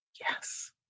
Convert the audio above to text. Yes